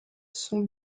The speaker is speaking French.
sont